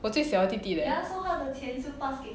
我最小的弟弟 leh